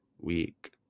week